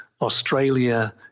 Australia